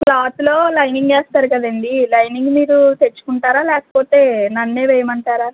క్లాత్లో లైనింగ్ వేస్తారు కదండి లైనింగ్ మీరు తెచ్చుకుంటారా లేకపోతే నన్నే వెయ్యమంటారా